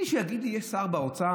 מי שיגיד לי שיש שר באוצר,